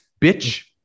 Bitch